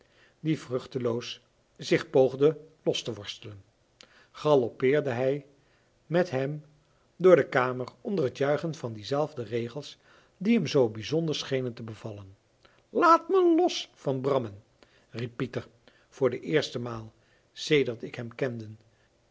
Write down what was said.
die vruchteloos zich poogde los te worstelen galoppeerde hij met hem door de kamer onder het juichen van die zelfde regels die hem zoo bijzonder schenen te bevallen laat me los van brammen riep pieter voor de eerste maal sedert ik hem kende